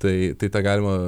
tai tai tą galima